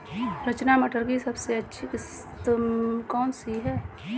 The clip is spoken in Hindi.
रचना मटर की सबसे अच्छी किश्त कौन सी है?